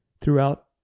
throughout